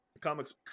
comics